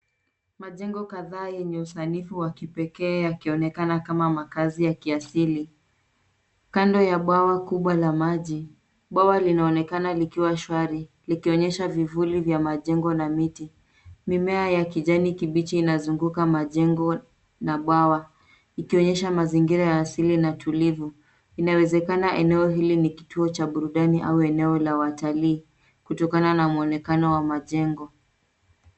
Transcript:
Majengo kadhaa yenye usanifu wa kipekee yakionekana kama makazi ya kiasili. Kando ya bwawa kubwa la maji, bwawa linaonekana likiwa shwari likionyesha vivuli vya majengo na miti. Mimea ya kijani kibichi inazunguka majengo na bwawa, ikionyesha mazingira ya asili na tulivu. Inawezekana eneo hili ni kituo cha burudani au eneo la watalii kutokana na mwonekanao wa majengo.